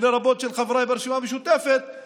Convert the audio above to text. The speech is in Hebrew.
לרבות של חבריי ברשימה המשותפת,